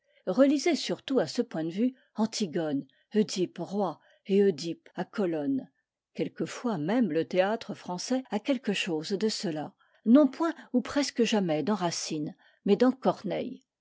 relisez surtout à ce point de vue antigone œdipe roi et œdipe à colone quelquefois même le théâtre français a quelque chose de cela non point ou presque jamais dans racine mais dans corneille